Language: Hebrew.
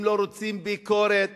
אם לא רוצים ביקורת